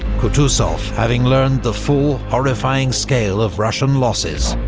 kutuzov, having learned the full, horrifying scale of russian losses,